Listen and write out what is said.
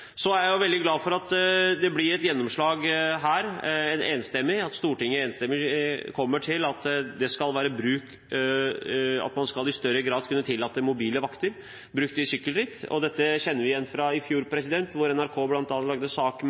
for Stortinget. Jeg er veldig glad for at Stortinget enstemmig vedtar at man i større grad skal tillate mobile vakter i gjennomføringen av sykkelritt. Dette kjenner vi igjen fra i fjor, da NRK